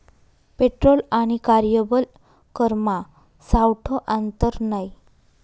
petrol आणि कार्यबल करमा सावठं आंतर नै